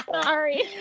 Sorry